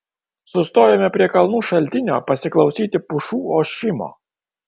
sustojome prie kalnų šaltinio pasiklausyti pušų ošimo